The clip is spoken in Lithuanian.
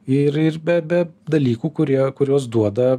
ir ir be be dalykų kurie kuriuos duoda